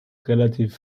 relativ